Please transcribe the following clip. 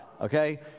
okay